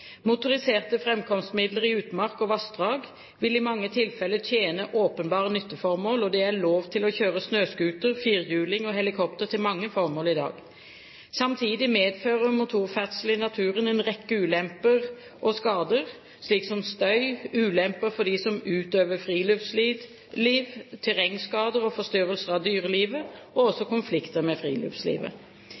Motoriserte framkomstmidler i utmark og vassdrag vil i mange tilfeller tjene åpenbare nytteformål, og det er lov til å kjøre snøscooter, firehjuling og helikopter til mange formål i dag. Samtidig medfører motorferdsel i naturen en rekke ulemper og skader, som støy, ulemper for dem som utøver friluftsliv, terrengskader og forstyrrelser av dyrelivet, og også konflikter med friluftslivet.